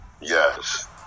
Yes